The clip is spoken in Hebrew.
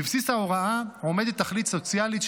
בבסיס ההוראה עומדת תכלית סוציאלית,